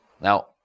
Now